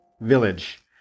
village